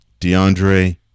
DeAndre